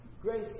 Grace